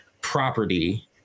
property